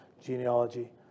genealogy